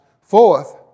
Fourth